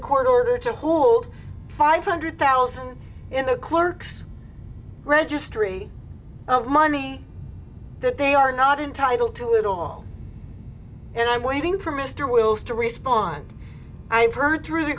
a court order to hold five hundred thousand in the clerk's registry of money that they are not entitled to at all and i'm waiting for mr wilson to respond i've heard through the